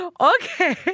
Okay